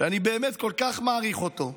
שאני באמת כל כך מעריך אותו,